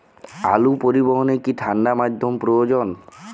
আলু পরিবহনে কি ঠাণ্ডা মাধ্যম প্রয়োজন?